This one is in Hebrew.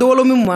מדוע לא ממומש?